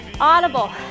audible